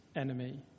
enemy